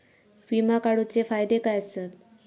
विमा काढूचे फायदे काय आसत?